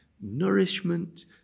nourishment